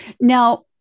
Now